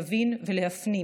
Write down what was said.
להבין ולהפנים